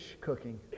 cooking